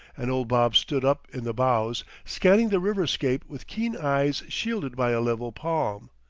and old bob stood up in the bows, scanning the river-scape with keen eyes shielded by a level palm.